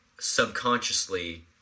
subconsciously